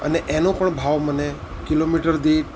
અને એનો પણ ભાવ મને કિલોમીટર દીઠ